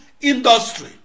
industry